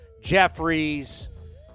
Jeffries